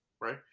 right